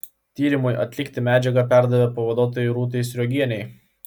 tyrimui atlikti medžiagą perdavė pavaduotojai rūtai sriogienei